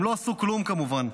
הם לא עשו כלום, כמובן,